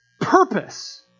purpose